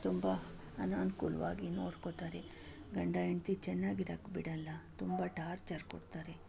ತುಂಬ ಅನಾನುಕೂಲ್ವಾಗಿ ನೋಡ್ಕೊಳ್ತಾರೆ ಗಂಡ ಹೆಂಡ್ತಿ ಚೆನ್ನಾಗಿರೋಕೆ ಬಿಡಲ್ಲ ತುಂಬ ಟಾರ್ಚರ್ ಕೊಡ್ತಾರೆ